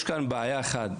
יש כאן בעיה אחת,